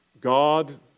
God